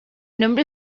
nombre